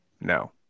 No